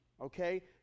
okay